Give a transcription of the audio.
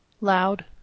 loud